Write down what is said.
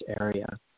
area